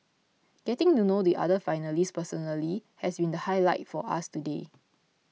getting to know the other finalists personally has been the highlight for us today